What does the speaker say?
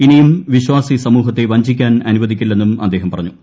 ഇനിയും വിശ്വാസി സമൂഹത്തെ വഞ്ചിക്കാൻ അനുവദിക്കില്ലെന്നും അദ്ദേഹം പറഞ്ഞു